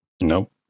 Nope